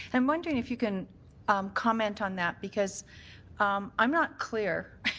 i'm wondering if you can um comment on that, because i'm not clear,